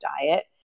diet